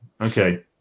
Okay